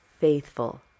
faithful